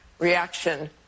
reaction